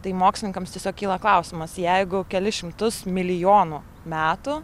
tai mokslininkams tiesiog kyla klausimas jeigu kelis šimtus milijonų metų